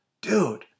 dude